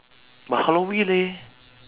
but halloween leh